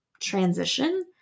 transition